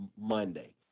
Monday